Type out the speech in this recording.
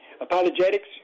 apologetics